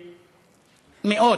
מאות,